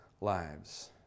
lives